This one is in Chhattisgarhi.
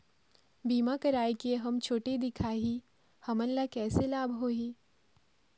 बीमा कराए के हम छोटे दिखाही हमन ला कैसे लाभ होही?